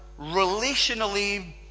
relationally